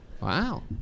Wow